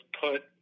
put